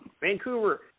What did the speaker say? Vancouver